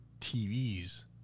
TV's